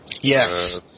Yes